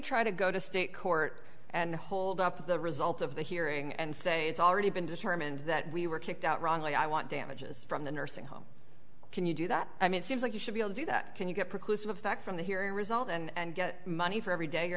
try to go to state court and hold up the result of the hearing and say it's already been determined that we were kicked out wrongly i want damages from the nursing home can you do that i mean it seems like you should be able to do that can you get precludes a fact from the hearing result and get money for every day you're